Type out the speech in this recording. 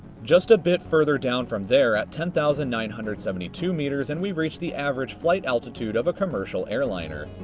just a bit further down from there at ten thousand nine hundred and seventy two meters and we've reached the average flight altitude of a commercial airliner.